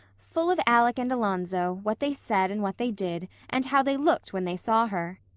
full of alec and alonzo, what they said and what they did, and how they looked when they saw her.